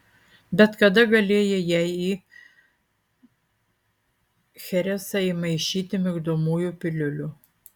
bet kada galėjai jai į cheresą įmaišyti migdomųjų piliulių